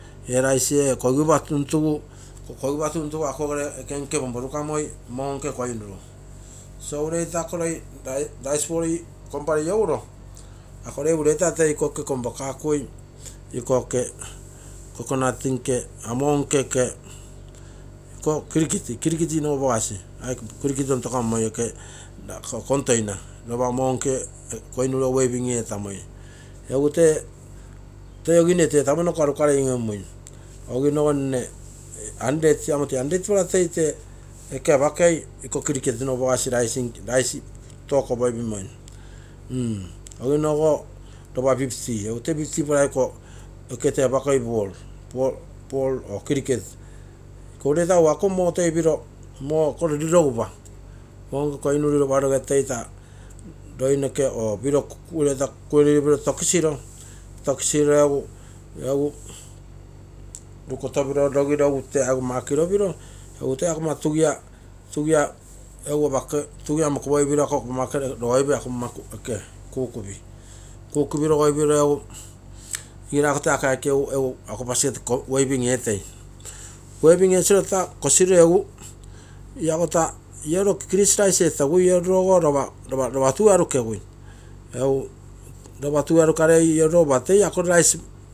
Rice ee kosigupa tuntugu egere moo nke koinuru ponporukamoi ure toi iko rice ball kompakei moo nke koinuru. tee agiguine nne tee tapinoko ukarei in-lomui hundred lorulo tee hundred toi apakei. Rice ball, fifty lorurogo tee fifty toi kompei tege koinuru rirogupa tokisiro toi tugia mokop oipiro egu kompei, kompiro. Rice kommau to inakoipei siropiro egu kurumin ogo arukegui, tugerego.